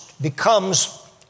becomes